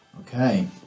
Okay